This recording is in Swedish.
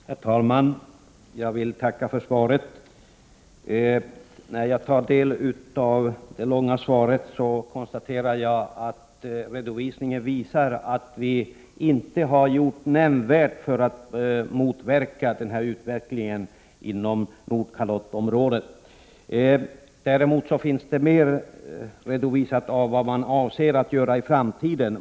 Herr talman! Jag vill tacka för svaret. När jag tar del av det långa svaret, konstaterar jag att redovisningen visar att vi inte har gjort nämnvärt för att motverka utvecklingen i fråga om svavelutsläpp inom Nordkalottområdet. Däremot finns det mer redovisat om vad man avser att göra i framtiden.